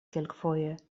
kelkfoje